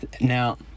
now